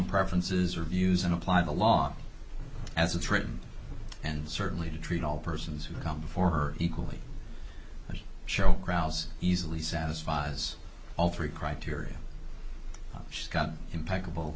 preferences or views and apply the law as it's written and certainly to treat all persons who come before her equally show crowds easily satisfied as all three criteria she's got impeccable